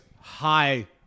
high